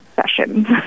sessions